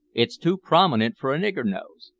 it's too prominent for a nigger nose.